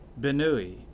Benui